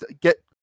Get